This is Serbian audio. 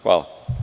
Hvala.